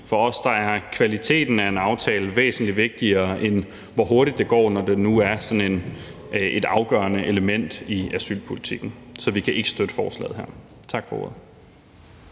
For os er kvaliteten af en aftale væsentlig vigtigere, end hvor hurtigt det går, når det nu er sådan et afgørende element i asylpolitikken. Så vi kan ikke støtte forslaget her. Tak for ordet.